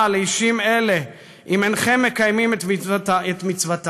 לאישים אלו אם אינכם מקיימים את מצוותם?